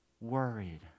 worried